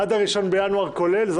אני